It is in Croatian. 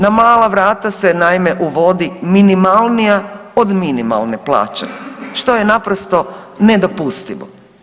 Na mala vrata se, naime uvodi, minimalnija od minimalne plaće, što je naprosto nedopustivo.